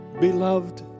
Beloved